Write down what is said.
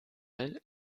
will